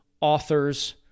authors